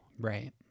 Right